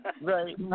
Right